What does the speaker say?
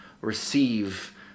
receive